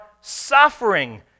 suffering